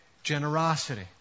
generosity